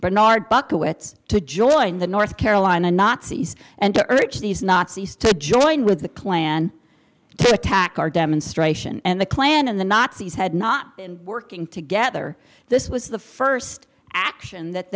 bernard buckets to join the north carolina nazis and to urge these nazis to join with the klan to attack our demonstration and the klan and the nazis had not been working together this was the first action that